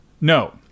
No